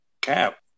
Cap